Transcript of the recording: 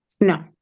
No